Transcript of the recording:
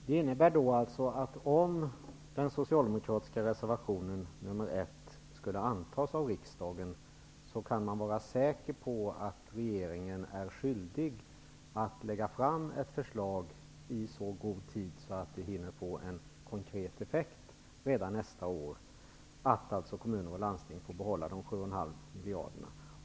Herr talman! Det innebär alltså, att om den socialdemokratiska reservationen nr 1 skulle antas av riksdagen, kan man vara säker på att regeringen är skyldig att lägga fram ett förslag i så god tid att det hinner få en konkret effekt redan nästa år, dvs. miljarderna.